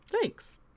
thanks